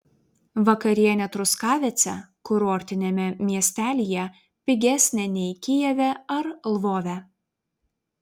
vakarienė truskavece kurortiniame miestelyje pigesnė nei kijeve ar lvove